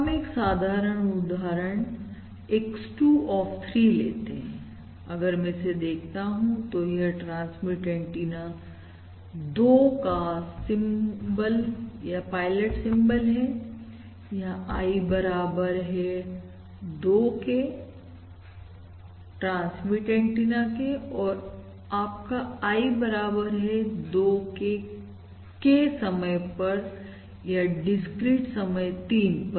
हम एक साधारण उदाहरण X2 ऑफ 3 लेते हैं अगर मैं इसे देखता हूं तो यह ट्रांसमिट एंटीना 2 का सिंबल या पायलट सिंबल है यहां I बराबर है 2 ट्रांसमिट एंटीना केऔर आपका I बराबर है 2 के K समय या डिस्क्रीट समय 3 पर